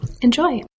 Enjoy